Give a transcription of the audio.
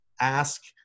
ask